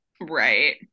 right